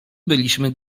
byliśmy